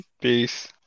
peace